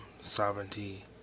sovereignty